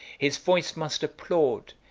his voice must applaud,